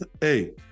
hey